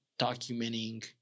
documenting